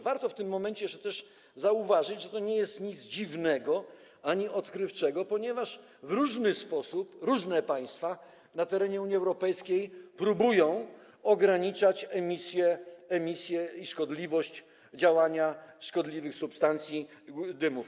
Warto w tym momencie jeszcze też zauważyć, że to nie jest nic dziwnego ani odkrywczego, ponieważ w różny sposób różne państwa na terenie Unii Europejskiej próbują ograniczać emisję i oddziaływanie szkodliwych substancji i dymów.